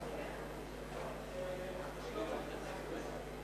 (הישיבה נפסקה בשעה